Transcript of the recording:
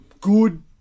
good